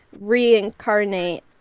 reincarnate